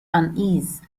unease